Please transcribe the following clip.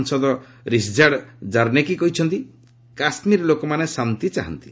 ସାଂସଦ ରିସ୍ଜାଡ଼୍ କାର୍ନେକି କହିଛନ୍ତି କାଶ୍ମୀରର ଲୋକମାନେ ଶାନ୍ତି ଚାହାନ୍ତି